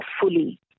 fully